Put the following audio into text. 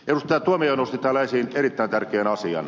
tuomioja nosti täällä esiin erittäin tärkeän asian